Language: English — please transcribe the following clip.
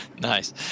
Nice